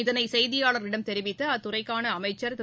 இதளை செய்தியாள்களிடம் தெரிவித்த அத்துறைக்கான அமைச்சர் திரு